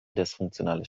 dysfunktionales